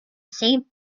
saint